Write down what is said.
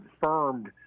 confirmed